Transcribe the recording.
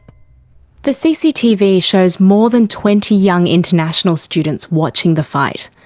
the cctv shows more than twenty young international students watching the fight.